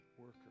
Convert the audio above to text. worker